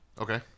Okay